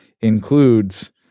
includes